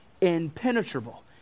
impenetrable